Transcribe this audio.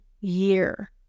year